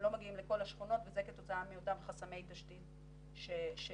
הם לא מגיעים לכל השכונות וזה כתוצאה מאותם חסמי תשתית שהזכרתי.